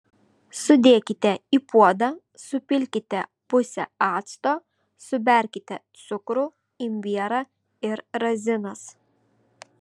sudėkite į puodą supilkite pusę acto suberkite cukrų imbierą ir razinas